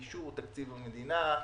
אישור תקציב המדינה.